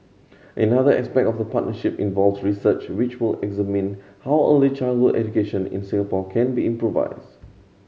another aspect of the partnership involves research which will examine how early childhood education in Singapore can be improved